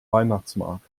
weihnachtsmarkt